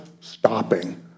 stopping